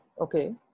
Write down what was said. okay